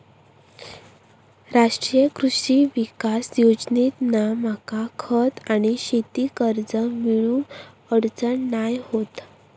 राष्ट्रीय कृषी विकास योजनेतना मका खत आणि शेती कर्ज मिळुक अडचण नाय होत